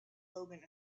logan